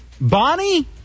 Bonnie